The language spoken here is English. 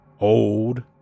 Old